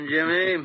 Jimmy